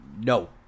no